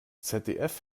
zdf